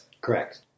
Correct